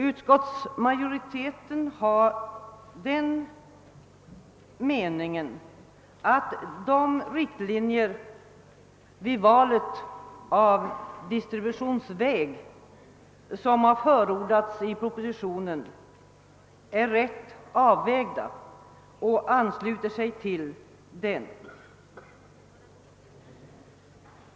Utskottsmajoriteten har den meningen, att de riktlinjer för valet av distributionsväg som har förordats i propositionen är rätt avvägda och ansluter sig till dem.